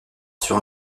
sur